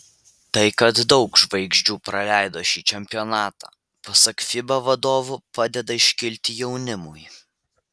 tai kad daug žvaigždžių praleido šį čempionatą pasak fiba vadovų padeda iškilti jaunimui